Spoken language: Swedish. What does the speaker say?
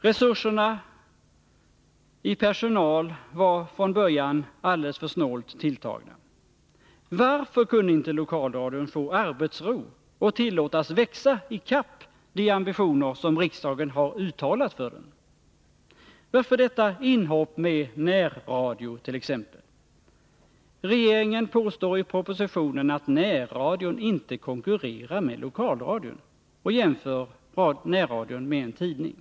Resurserna i personal var från början alldeles för snålt tilltagna. Varför kunde inte lokalradion få arbetsro och tillåtas växa ikapp de ambitioner som riksdagen har uttalat för den? Varför detta inhopp med närradio, t.ex.? Regeringen påstår i propositionen att närradion inte konkurrerar med lokalradion och jämför närradion med en tidning.